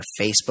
Facebook